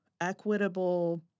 equitable